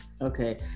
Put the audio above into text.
Okay